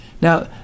Now